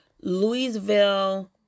Louisville